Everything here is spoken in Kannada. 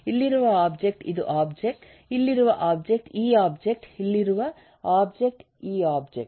ಇಲ್ಲಿರುವ ಒಬ್ಜೆಕ್ಟ್ ಇದು ಒಬ್ಜೆಕ್ಟ್ ಇಲ್ಲಿರುವ ಒಬ್ಜೆಕ್ಟ್ ಈ ಒಬ್ಜೆಕ್ಟ್ ಇಲ್ಲಿರುವ ಒಬ್ಜೆಕ್ಟ್ ಈ ಒಬ್ಜೆಕ್ಟ್